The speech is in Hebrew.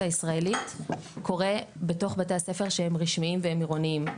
הישראלית קורה בתוך בתי הספר שהם רשמיים והם עירוניים,